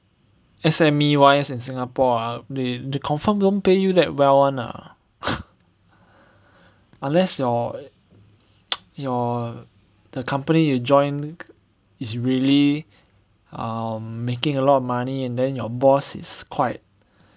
S_M_E wise in Singapore ah they they confirm don't pay you that well [one] ah unless you're you're the company you join is really um making a lot of money and then your boss is quite